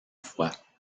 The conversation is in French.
fois